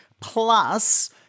plus